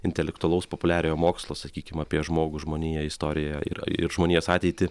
intelektualaus populiariojo mokslo sakykim apie žmogų žmoniją istoriją ir ir žmonijos ateitį